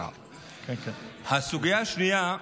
הסוגיה השנייה,